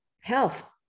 health